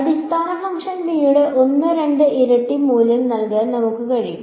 അടിസ്ഥാന ഫംഗ്ഷൻ ബിയുടെ 1 2 ഇരട്ടി മൂല്യം നമുക്ക് നൽകാം